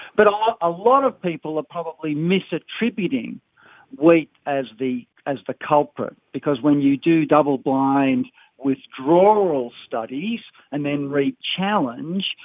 but a lot of people are probably misattributing wheat as the as the culprit because when you do double-blind withdrawal studies and then rechallenge,